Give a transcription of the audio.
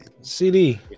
cd